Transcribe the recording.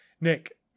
Nick